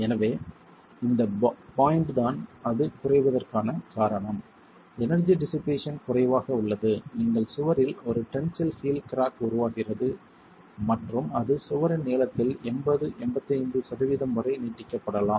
எனவே இந்த பாய்ண்ட் தான் அது குறைவதற்கான காரணம் எனர்ஜி டிஷ்ஷிபேசன் குறைவாக உள்ளது நீங்கள் சுவரில் ஒரு டென்சில் ஹீல் கிராக் உருவாகிறது மற்றும் அது சுவரின் நீளத்தில் 80 85 சதவிகிதம் வரை நீட்டிக்கப்படலாம்